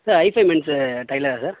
sir I ஃபெமென்ஸு டைலரா sir